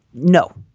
no,